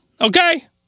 okay